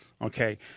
Okay